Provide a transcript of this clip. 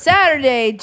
Saturday